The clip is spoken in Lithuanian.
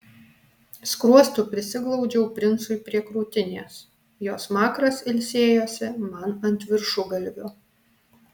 skruostu prisiglaudžiau princui prie krūtinės jo smakras ilsėjosi man ant viršugalvio